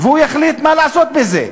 והוא יחליט מה לעשות בזה.